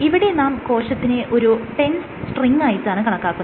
ഇവിടെ നാം കോശത്തിനെ ഒരു ടെൻസ്ഡ് സ്ട്രിങ്ങായിട്ടാണ് കണക്കാക്കുന്നത്